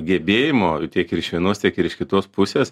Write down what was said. gebėjimo tiek ir iš vienos tiek ir iš kitos pusės